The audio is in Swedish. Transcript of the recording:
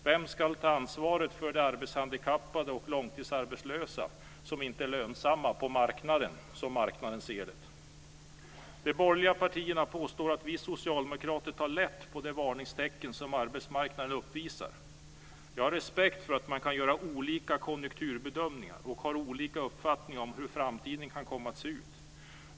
Vem ska ta ansvaret för de arbetshandikappade och långtidsarbetslösa som inte är lönsamma på marknaden? Så ser marknaden det. De borgerliga partierna påstår att vi socialdemokrater tar lätt på de varningstecken som arbetsmarknaden uppvisar. Jag har respekt för att man kan göra olika konjunkturbedömningar och ha olika uppfattning om hur framtiden kan komma att se ut.